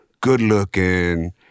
Good-looking